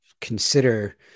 consider